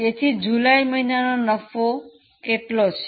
તેથી જુલાઈ મહિનાનો નફો કેટલો છે